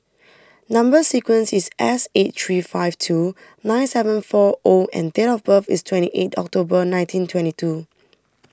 Number Sequence is S eight three five two nine seven four O and date of birth is twenty eight October nineteen twenty two